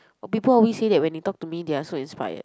people always say that when they talk to me they are so inspired